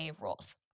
rules